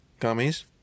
Gummies